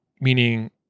meaning